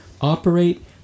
operate